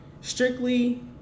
strictly